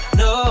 no